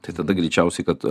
tai tada greičiausiai kad